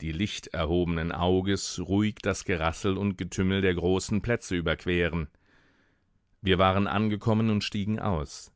die licht erhobenen auges ruhig das gerassel und getümmel der großen plätze überqueren wir waren angekommen und stiegen aus